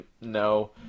no